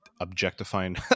objectifying